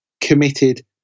committed